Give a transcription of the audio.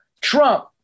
Trump